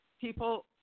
people